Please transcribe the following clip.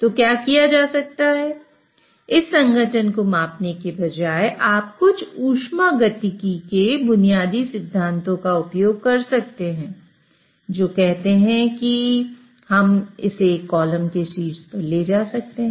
तो क्या किया जा सकता है इस संघटन को मापने के बजाय हम अपने कुछ ऊष्मागतिकी के बुनियादी सिद्धांतों का उपयोग कर सकते हैं जो कहते हैं कि हम इसे कॉलम के शीर्ष पर ले जा सकते हैं